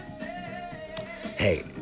hey